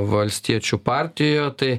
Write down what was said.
valstiečių partijo tai